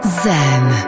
zen